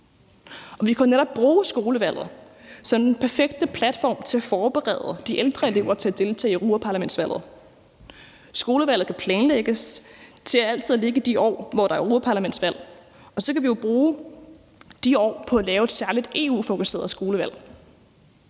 Vi kan jo netop bruge skolevalget som den perfekte platform til at forberede de ældre elever til at deltage i europaparlamentsvalget. Skolevalget kan planlægges til altid at ligge i de år, hvor der er europaparlamentsvalg, og så kan vi jo bruge de år på at lave et særligt EU-fokuseret skolevalg.